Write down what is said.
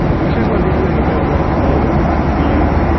which is what we do in the real world all the time. we use,